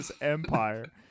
empire